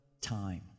time